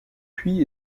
puis